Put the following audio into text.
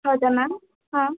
ಹೌದಾ ಮ್ಯಾಮ್ ಹಾಂ